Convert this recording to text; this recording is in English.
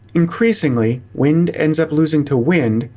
increasingly, wind ends up losing to wind,